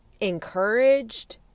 encouraged